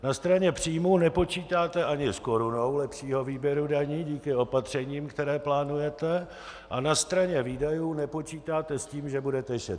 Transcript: Na straně příjmů nepočítáte ani s korunou lepšího výběru daní díky opatřením, která plánujete, a na straně výdajů nepočítáte s tím, že budete šetřit.